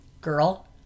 girl